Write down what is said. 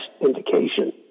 indication